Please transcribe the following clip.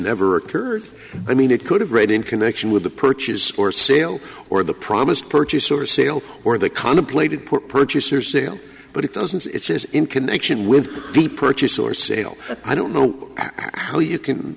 never occurred i mean it could have read in connection with the purchase or sale or the promised purchase or sale or the contemplated poor purchase or sale but it doesn't it's in connection with the purchase or sale i don't know how you can